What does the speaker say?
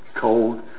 cold